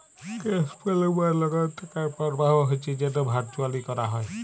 cash flow বা লগদ টাকার পরবাহ হচ্যে যেট ভারচুয়ালি ক্যরা হ্যয়